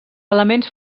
elements